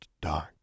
dark